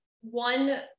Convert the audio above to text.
one